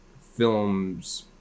films